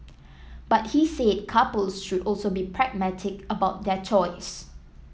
but he said couples should also be pragmatic about their choice